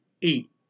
eat